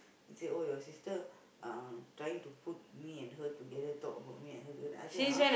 and say oh your sister uh trying to put me and her together talk about me and her I say !huh!